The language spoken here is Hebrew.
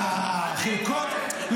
החלקות,